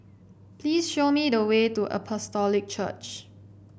please show me the way to Apostolic Church